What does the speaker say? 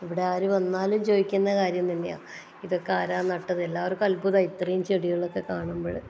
ഇവിടെ ആരു വന്നാലും ചോദിക്കുന്ന കാര്യം തന്നെയാണ് ഇതൊക്കെ ആരാണ് നട്ടത് എല്ലാവർക്കും അത്ഭുതമാണ് ഇത്രയും ചെടികളൊക്കെ കാണുമ്പോൾ